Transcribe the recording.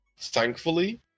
Thankfully